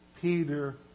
Peter